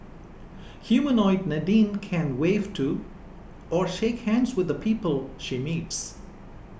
humanoid Nadine can wave to or shake hands with the people she meets